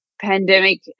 pandemic